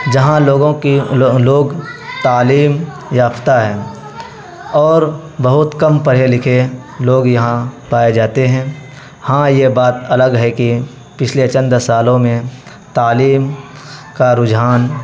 جہاں لوگوں کی لوگ تعلیم یافتہ ہے اور بہت کم پڑھے لکھے لوگ یہاں پائے جاتے ہیں ہاں یہ بات الگ ہے کہ پچھلے چند سالوں میں تعلیم کا رجحان